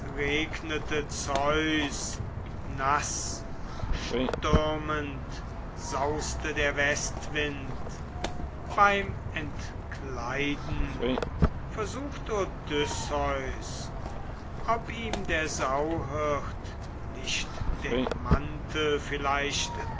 naßstürmend sauste der westwind beim entkleiden versucht odysseus ob ihm der sauhirt nicht den mantel vielleicht